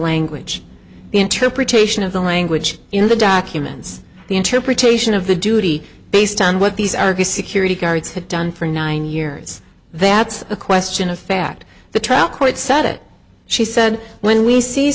language interpretation of the language in the documents the interpretation of the duty based on what these are security guards had done for nine years that's a question of fact the trial court said it she said when we see